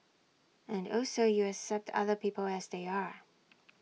and also you accept other people as they are